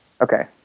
Okay